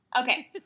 Okay